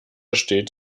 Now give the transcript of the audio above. steht